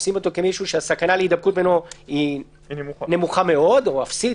תופסים אותו כמי שהסכנה להידבקות ממנו היא נמוכה מאוד או אפסית,